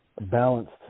balanced